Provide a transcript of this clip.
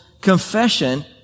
confession